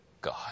God